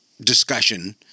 discussion